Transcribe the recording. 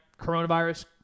coronavirus